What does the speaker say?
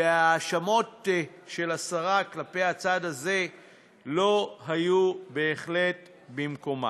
וההאשמות של השרה כלפי הצד הזה בהחלט לא היו במקומן.